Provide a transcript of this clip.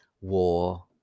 war